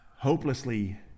Hopelessly